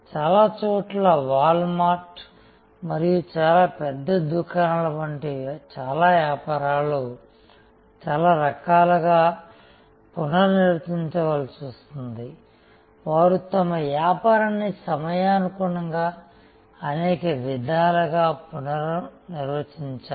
చాలా చోట్ల Walmart మరియు చాలా పెద్ద దుకాణాల వంటి చాలా వ్యాపారాలు చాలా రకాలుగా పునర్నిర్వచించవలసి ఉంటుంది వారు తమ వ్యాపారాన్ని సమయానుగుణంగా అనేక విధాలుగా పునర్నిర్వచించారు